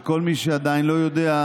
לכל מי שעדיין לא יודע,